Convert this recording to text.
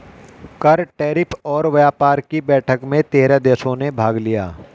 कर, टैरिफ और व्यापार कि बैठक में तेरह देशों ने भाग लिया